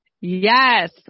Yes